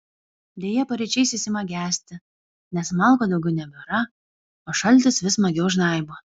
deja paryčiais jis ima gesti nes malkų daugiau nebėra o šaltis vis smagiau žnaibo